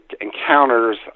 encounters